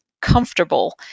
comfortable